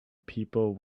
people